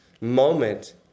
moment